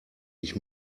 ich